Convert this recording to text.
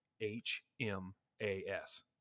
H-M-A-S